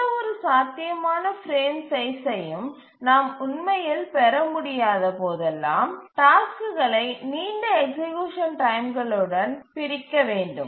எந்தவொரு சாத்தியமான பிரேம் சைஸ்சையும் நாம் உண்மையில் பெறமுடியாத போதெல்லாம் டாஸ்க்குகளை நீண்ட எக்சீக்யூசன் டைம்களுடன் பிரிக்க வேண்டும்